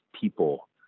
people